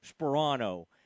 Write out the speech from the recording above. Sperano